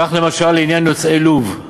כך למשל לעניין יוצאי לוב";